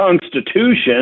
Constitution